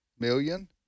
Million